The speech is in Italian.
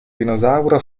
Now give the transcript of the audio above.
dinosauro